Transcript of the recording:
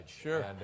sure